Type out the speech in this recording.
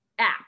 app